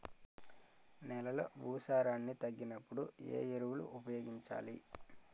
నెలలో భూసారాన్ని తగ్గినప్పుడు, ఏ ఎరువులు ఉపయోగించాలి?